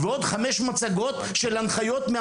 ועוד כחמש מצגות של הנחיות.